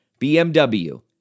BMW